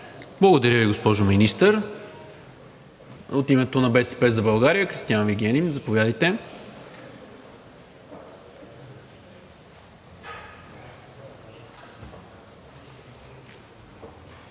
Благодаря Ви, госпожо Министър. От името на „БСП за България“ – Кристиан Вигенин. Заповядайте.